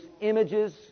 images